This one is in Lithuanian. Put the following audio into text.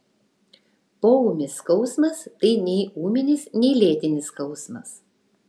poūmis skausmas tai nei ūminis nei lėtinis skausmas